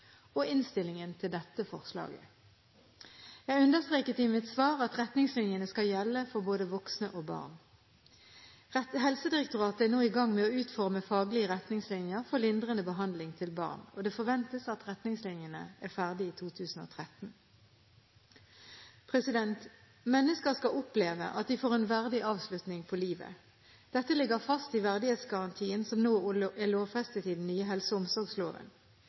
og i innstillingen til dette forslaget. Jeg understreket i mitt svar at retningslinjene skal gjelde for både voksne og barn. Helsedirektoratet er nå i gang med å utforme faglige retningslinjer for lindrende behandling til barn. Det forventes at retningslinjene er ferdig i 2013. Mennesker skal oppleve at de får en verdig avslutning på livet. Dette ligger fast i verdighetsgarantien, som nå er lovfestet i den nye helse- og omsorgsloven.